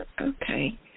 okay